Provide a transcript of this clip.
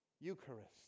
Eucharist